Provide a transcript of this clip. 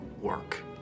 work